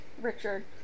Richard